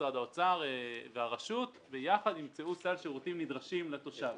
משרד האוצר והרשות ביחד ימצאו סל שירותים נדרשים לתושב.